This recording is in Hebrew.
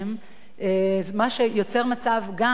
זה יוצר מצב, מצד אחד,